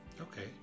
Okay